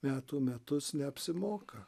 metų metus neapsimoka